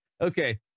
okay